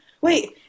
Wait